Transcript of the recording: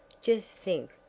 just think!